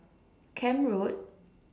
Camp Road